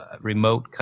remote